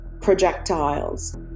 projectiles